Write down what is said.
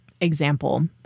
example